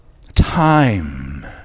time